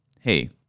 Hey